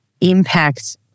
impact